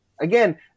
again